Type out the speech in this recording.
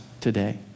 today